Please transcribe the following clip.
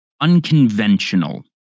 unconventional